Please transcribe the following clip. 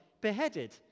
beheaded